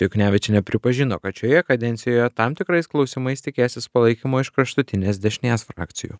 juknevičienė pripažino kad šioje kadencijoje tam tikrais klausimais tikėsis palaikymo iš kraštutinės dešinės frakcijų